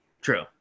True